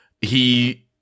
He-